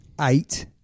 eight